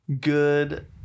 good